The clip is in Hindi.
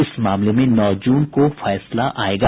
इस मामले में नौ जून को फैसला आयेगा